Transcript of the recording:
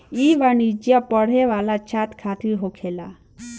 ई वाणिज्य पढ़े वाला छात्र खातिर होखेला